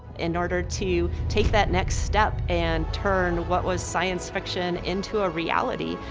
in order to take that next step, and turn what was science fiction into a reality,